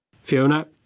Fiona